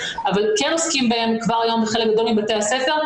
אבל כן עוסקים בהם כבר היום בחלק גדול מבתי הספר,